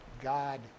God